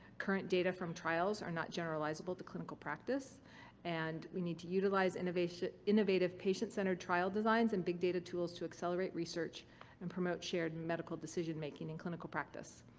current data from trials are not generalizable to clinical practice and we need to utilize innovative innovative patient centered trial designs and big data tools to accelerate research and promote shared and medical decision-making in clinical practice.